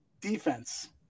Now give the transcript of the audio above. defense